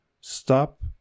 Stop